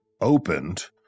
opened